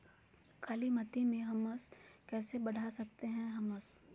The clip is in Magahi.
कालीमती में हमस कैसे बढ़ा सकते हैं हमस?